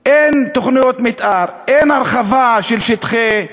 אין תוכניות מתאר, אין הרחבה של שטחי בנייה.